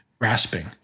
grasping